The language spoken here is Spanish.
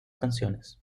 canciones